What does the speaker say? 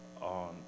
on